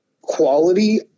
quality